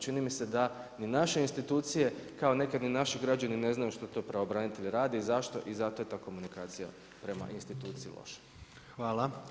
Čini mi se da i naše institucije, kao i nekad naši građani ne znaju što to pravobranitelj radi i zašto i zato je ta komunikacija prema instituciji loša.